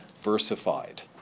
Versified